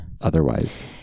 Otherwise